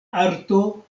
arto